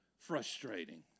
frustrating